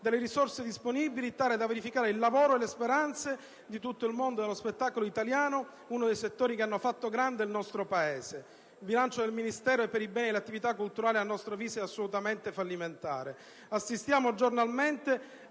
delle risorse disponibili tale da vanificare il lavoro e le speranze di tutto il mondo dello spettacolo italiano, uno dei settori che hanno fatto grande il nostro Paese. Il bilancio del Ministero per i beni e le attività culturali, a nostro avviso, è assolutamente fallimentare. Assistiamo giornalmente